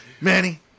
manny